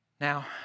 Now